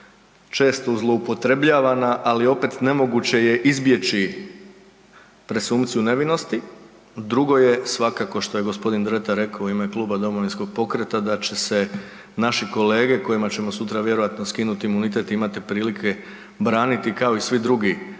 često zloupotrebljavana, ali opet nemoguće je izbjeći presumpciju nevinosti, drugo je svakako što je gospodin Dretar rekao u ime kluba Domovinskog pokreta da će se naši kolege kojima ćemo sutra vjerojatno skinuti imunitet imati prilike braniti kao i svi drugi